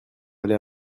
aller